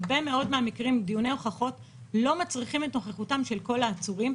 הרבה מאוד מהמקרים בדיוני הוכחות לא מצריכים את נוכחותם של כל העצורים,